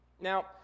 Now